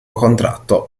contratto